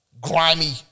Grimy